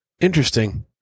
Interesting